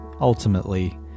ultimately